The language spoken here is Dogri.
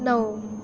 नौ